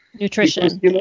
Nutrition